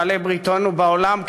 בעלי בריתנו בעולם,